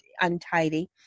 untidy